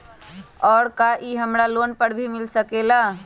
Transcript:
और का इ हमरा लोन पर भी मिल सकेला?